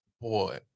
Boy